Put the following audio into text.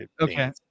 okay